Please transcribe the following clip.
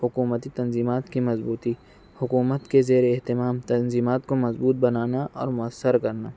حکومتی تنظیمات کی مضبوطی حکومت کے زیر اہتمام تنظیمات کو مضبوط بنانا اور موثر کرنا